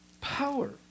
power